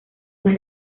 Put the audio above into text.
más